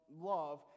love